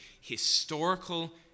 historical